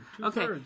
Okay